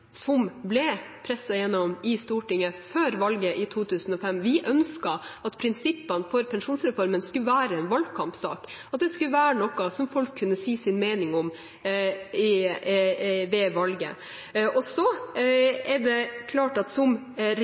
som ble presset gjennom i Stortinget før valget i 2005. Vi ønsket at prinsippene for pensjonsreformen skulle være en valgkampsak, at det skulle være noe folk kunne si sin mening om ved valget. Så er det klart at som